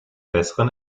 besseren